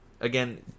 again